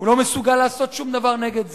הוא לא מסוגל לעשות שום דבר נגד זה.